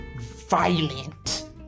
violent